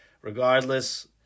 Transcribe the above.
regardless